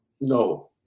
no